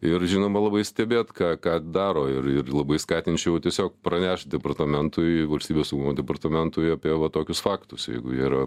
ir žinoma labai stebėt ką ką daro ir ir labai skatinčiau tiesiog pranešt departamentui valstybės saugumo departamentui apie va tokius faktus jeigu jie yra